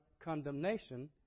condemnation